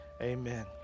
amen